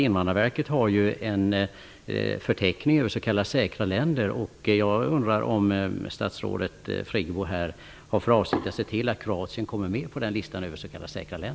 Invandrarverket har en förteckning över s.k. säkra länder. Jag undrar om statsrådet Friggebo har för avsikt att se till att Kroatien kommer med på den listan.